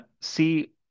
see